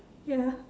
ya